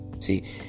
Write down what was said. See